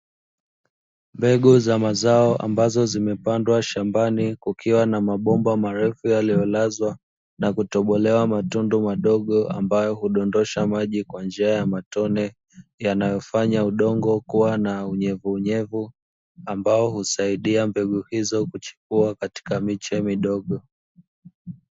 Mbegu za mazao ambazo zimepandwa shambani kukiwa na mabomba marefu yanayolazwa na kutobolewa matundu madogo ambayo hudondosha maji kwa njia ya matone, yanayofanya udongo kuwa na unyevunyevu, ambao husaidia mbegu hizi kuchipua katika miche midogo.